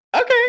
okay